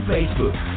Facebook